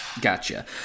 Gotcha